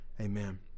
Amen